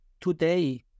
today